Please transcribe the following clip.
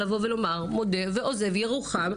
לומר "מודה ועוזב ירוחם".